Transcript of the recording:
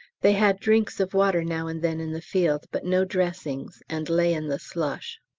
they had drinks of water now and then in the field but no dressings, and lay in the slush.